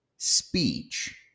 speech